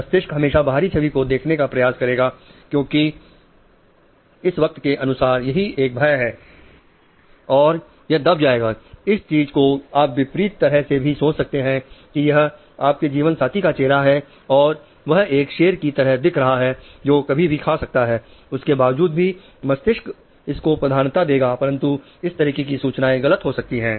मस्तिष्क हमेशा बाहरी छवि को देखने का प्रयास करेगा क्योंकि इस वक्त के अनुसार यही एक भय है और यह दब जाएगा इस चीज को आप विपरीत तरह से भी सोच सकते हैं की यह आपके जीवनसाथी का चेहरा है और वह एक शेर की तरह दिख रहा है जो कभी भी खा सकता है उसके बावजूद भी मस्तिष्क इसको प्रधानता देगा परंतु इस तरह की सूचनाएं गलत हो सकती हैं